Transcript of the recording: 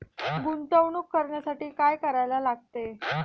गुंतवणूक करण्यासाठी काय करायला लागते?